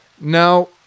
Now